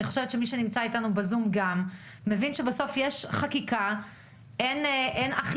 אני חושבת שמי שנמצא איתנו בזום גם מבין שבסוף יש חקיקה ואין אכיפה.